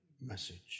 message